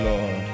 Lord